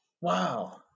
Wow